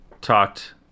talked